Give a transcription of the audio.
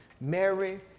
Mary